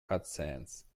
cutscenes